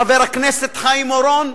חבר הכנסת חיים אורון,